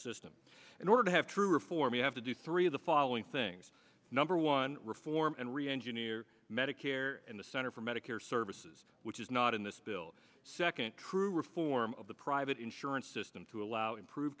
system in order to have true reform you have to do three of the following things number one reform and reengineer medicare in the center for medicare services which is not in this bill second true reform of the private insurance system to allow improved